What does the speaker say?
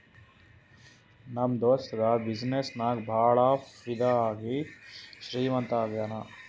ನಮ್ ದೋಸ್ತುಗ ಬಿಸಿನ್ನೆಸ್ ನಾಗ್ ಭಾಳ ಫೈದಾ ಆಗಿ ಶ್ರೀಮಂತ ಆಗ್ಯಾನ